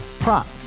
Prop